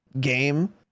game